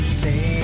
say